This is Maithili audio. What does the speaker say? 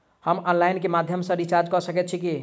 हम ऑनलाइन केँ माध्यम सँ रिचार्ज कऽ सकैत छी की?